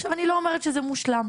עכשיו, אני לא אומרת שזה מושלם,